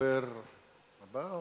הדובר הבא,